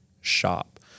shop